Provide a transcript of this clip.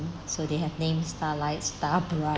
so they have names starlight starbright